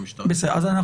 נשמע